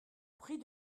prix